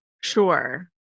sure